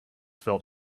felt